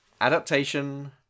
adaptation